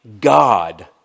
God